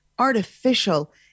Artificial